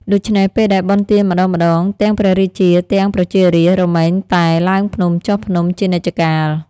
ដូច្នេះពេលដែលបុណ្យទានម្តងៗ ទាំងព្រះរាជា ទាំងប្រជារាស្ត្ររមែងតែ ឡើងភ្នំចុះភ្នំ ជានិច្ចកាល។